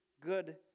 good